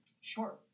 Sure